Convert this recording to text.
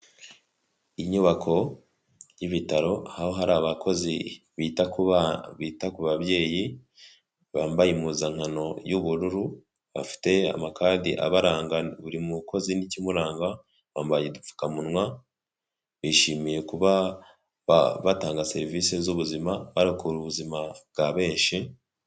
Inyubako y'ibitaro aho hari abakozi bita ku babyeyi, bambaye impuzankano y'ubururu bafite amakadi abaranga buri mukozi n'ikimuranga, bambaye udupfukamunwa; bishimiye kuba batanga serivisi z'ubuzima; barokora ubuzima bwa benshi.